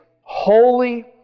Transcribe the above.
holy